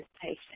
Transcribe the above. patient